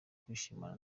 kwishimana